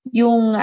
yung